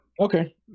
Okay